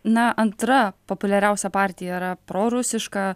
na antra populiariausia partija yra prorusiška